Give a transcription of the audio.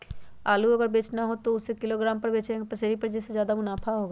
आलू अगर बेचना हो तो हम उससे किलोग्राम पर बचेंगे या पसेरी पर जिससे ज्यादा मुनाफा होगा?